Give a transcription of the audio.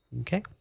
Okay